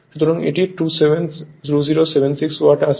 সুতরাং এটি 2076 ওয়াট আসছে